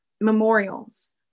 memorials